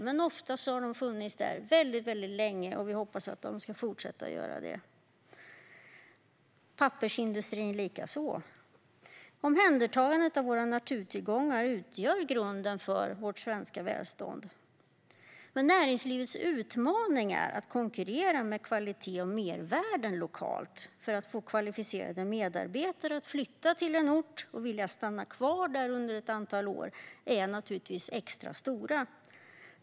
Men ofta har de funnits där väldigt länge, och vi hoppas att de ska fortsätta att göra det, likaså pappersindustrin. Omhändertagandet av våra naturtillgångar utgör grunden för vårt svenska välstånd. Men näringslivets utmaningar att konkurrera med kvalitet och mervärden lokalt för att få kvalificerade medarbetare att flytta till en ort och vilja stanna kvar där under ett antal år är naturligtvis extra stora.